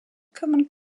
common